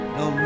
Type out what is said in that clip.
no